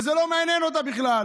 וזה לא מעניין אותה בכלל,